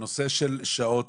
בנושא של שעות,